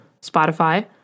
Spotify